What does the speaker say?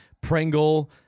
Pringle